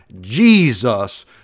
jesus